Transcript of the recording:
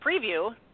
preview